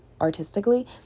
artistically